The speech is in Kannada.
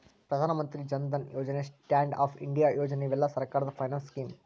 ಪ್ರಧಾನ Mantri Jan Dhan Yojana stand up India Yojana ಇವೆಲ್ಲ ಸರ್ಕಾರದ ಫೈನಾನ್ಸ್ ಸ್ಕೇಮ್